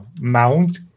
mount